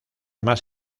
más